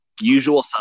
Usual